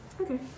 Okay